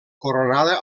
coronada